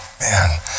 Man